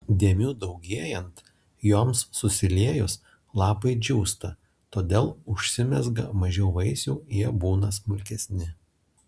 dėmių daugėjant joms susiliejus lapai džiūsta todėl užsimezga mažiau vaisių jie būna smulkesni